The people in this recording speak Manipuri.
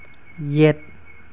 ꯌꯦꯠ